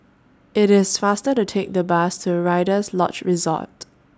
IT IS faster to Take The Bus to Rider's Lodge Resort